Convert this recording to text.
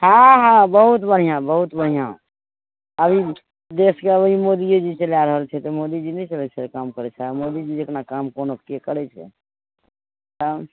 हँ हँ बहुत बढ़िआँ बहुत बढ़िआँ अभी देशके अभी मोदियेजी चला रहल छै मोदीजी नहि काम करै छै मोदीजी जेतना काम कोनोके करै छै तब